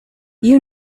you